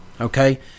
Okay